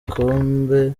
gikombe